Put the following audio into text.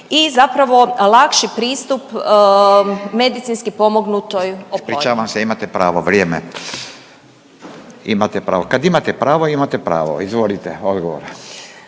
i zapravo lakši pristup medicinski pomognutoj oplodnji. **Radin, Furio (Nezavisni)** Ispričavam se, imate pravo, vrijeme. Imate pravo, kad imate pravo, imate pravo. Izvolite. Odgovor.